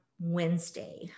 Wednesday